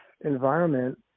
environment